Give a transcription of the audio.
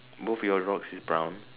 move your rocks is brown